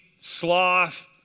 sloth